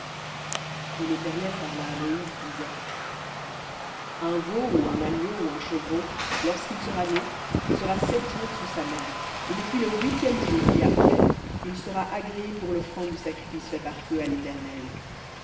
et l'éternel parla à moïse disant un veau ou un agneau ou un chevreau lorsqu'il sera né sera sept jours sous sa mère et depuis le huitième jour et après il sera agréé pour l'offrande du sacrifice fait par feu à l'éternel